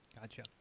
Gotcha